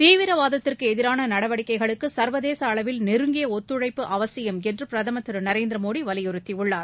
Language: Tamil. தீவிரவாதத்திற்கு எதிரான நடவடிக்கைகளுக்கு சர்வதேச அளவில் நெருங்கிய ஒத்துழைப்பு அவசியம் என்று பிரதமர் திரு நரேந்திர மோடி வலியுறுத்தியுள்ளார்